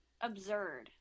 absurd